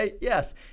Yes